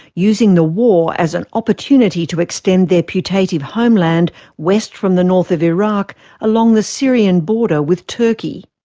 using the war as an opportunity to extend their putative homeland west from the north of iraq along the syrian border with turkey.